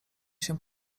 się